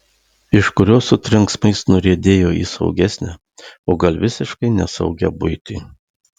iš kurios su trenksmais nuriedėjo į saugesnę o gal visiškai nesaugią buitį